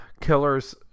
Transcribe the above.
killers